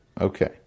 Okay